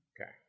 Okay